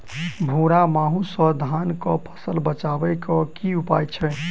भूरा माहू सँ धान कऽ फसल बचाबै कऽ की उपाय छै?